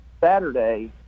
Saturday